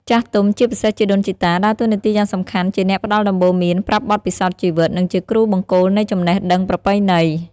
ចាស់ទុំ ជាពិសេសជីដូនជីតា ដើរតួនាទីយ៉ាងសំខាន់ជាអ្នកផ្ដល់ដំបូន្មាន ប្រាប់បទពិសោធន៍ជីវិត និងជាគ្រូបង្គោលនៃចំណេះដឹងប្រពៃណី។